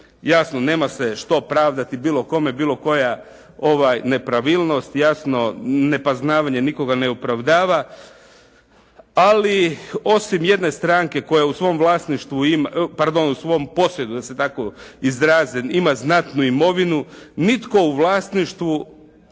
Jasno nema se što pravdati bilo kome, bilo koja pravilnost jasno nepoznavanje nikoga ne opravdava. Ali osim jedne stranke koja u svom vlasništvu ima, pardon, u svom